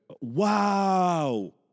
Wow